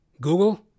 Google